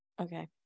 okay